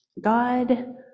God